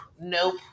nope